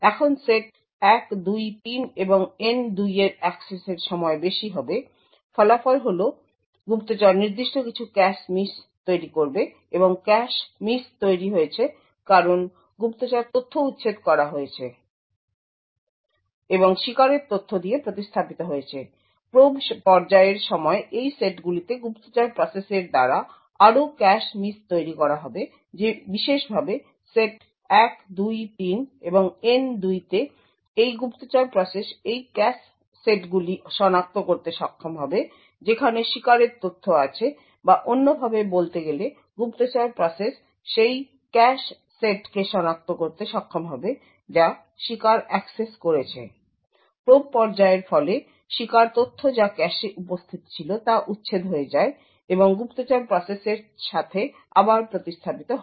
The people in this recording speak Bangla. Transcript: এখন সেট 1 2 3 এবং N 2 এর অ্যাক্সেসের সময় বেশি হবে ফলাফল হল গুপ্তচর নির্দিষ্ট কিছু ক্যাশ মিস তৈরী করবে এবং ক্যাশে মিস তৈরী হয়েছে কারণ গুপ্তচর তথ্য উচ্ছেদ করা হয়েছে এবং শিকারের তথ্য দিয়ে প্রতিস্থাপিত হয়েছে এবং প্রোব পর্যায়ের সময় এই সেটগুলিতে গুপ্তচর প্রসেসের দ্বারা আরও ক্যাশ মিস তৈরী করা হবে বিশেষভাবে সেট 1 2 3 এবং N 2 তে এইভাবে গুপ্তচর প্রসেস এই ক্যাশ সেটগুলি সনাক্ত করতে সক্ষম হবে যেখানে শিকারের তথ্য আছে বা অন্যভাবে বলতে গেলে গুপ্তচর প্রসেস সেই ক্যাশ সেটকে সনাক্ত করতে সক্ষম হবে যা শিকার অ্যাক্সেস করেছে প্রোব পর্যায়ের ফলে শিকার তথ্য যা ক্যাশে উপস্থিত ছিল তা উচ্ছেদ হয়ে যায় এবং গুপ্তচর প্রসেসের সাথে আবার প্রতিস্থাপিত হয়